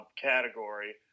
category